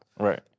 Right